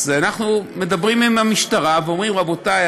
אז אנחנו מדברים עם המשטרה ואומרים: רבותי,